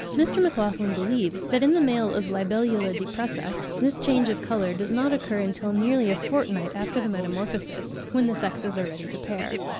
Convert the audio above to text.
mr. maclachlan believes that in the male of libellula depressa this change of colour does not occur until nearly a fortnight after the metamorphosis, when the sexes are ready to pair.